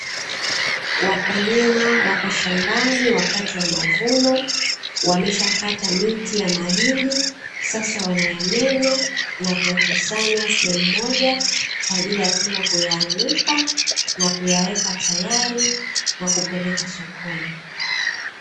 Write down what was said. Wakulima wako shambani wakati wa mavuno wameshakata miti ya mahindi, sasa wanayamenya na kuyakusanya sehemu Moja kwaajili ya kwenda kuyaanika na kuyaweka tayari na kupeleka sokoni.